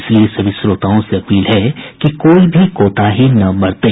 इसलिए सभी श्रोताओं से अपील है कि कोई भी कोताही न बरतें